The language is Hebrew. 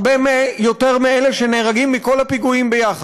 הרבה יותר ממספר האנשים שנהרגים מכל הפיגועים יחד,